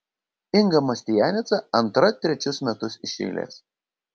inga mastianica antra trečius metus iš eilės